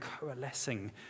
coalescing